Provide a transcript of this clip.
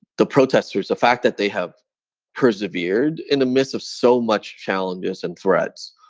the protesters, the fact that they have persevered in the midst of so much challenges and threats,